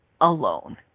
alone